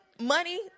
money